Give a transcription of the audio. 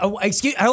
excuse